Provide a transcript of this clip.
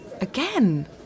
Again